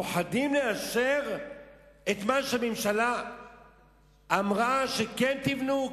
פוחדים לאשר את מה שהממשלה אמרה: כן תבנו,